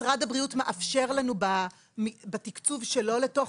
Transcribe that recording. משרד הבריאות מאפשר לנו בתקצוב שלו לתוך